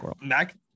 Mac